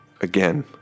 Again